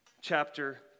chapter